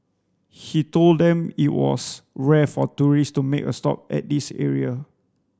he told them it was rare for tourist to make a stop at this area